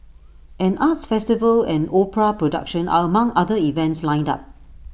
an arts festival and opera production are among other events lined up